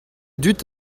dud